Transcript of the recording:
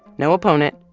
no opponent,